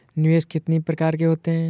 निवेश कितनी प्रकार के होते हैं?